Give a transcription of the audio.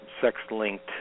sex-linked